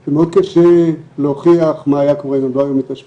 כי מאוד קשה להוכיח מה היה קורה אם הם לא היו מתאשפזים.